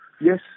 Yes